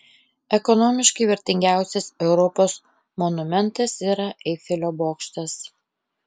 ekonomiškai vertingiausias europos monumentas yra eifelio bokštas